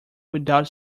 without